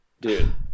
Dude